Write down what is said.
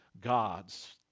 God's